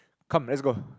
come let's go